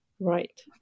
Right